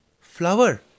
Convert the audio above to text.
flower